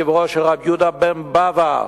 קברו של רבי יהודה בן בבא,